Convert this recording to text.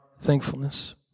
thankfulness